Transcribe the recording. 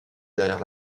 derrière